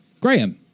Graham